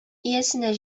иясенә